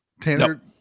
Tanner